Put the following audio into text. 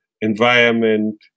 environment